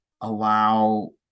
allow